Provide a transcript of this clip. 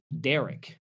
Derek